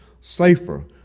safer